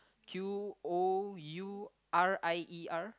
Q O U R I E R